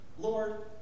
Lord